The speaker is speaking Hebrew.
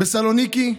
בסלוניקי,